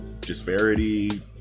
disparity